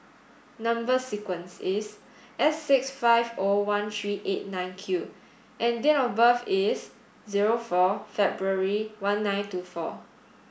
number sequence is S six five O one three eight nine Q and date of birth is zero four February one nine two four